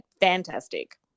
fantastic